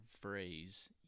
phrase